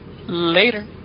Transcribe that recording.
Later